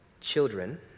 Children